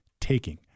taking